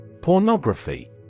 Pornography